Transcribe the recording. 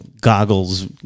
goggles